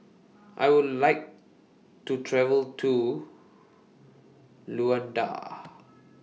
I Would like to travel to Luanda